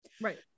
right